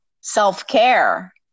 self-care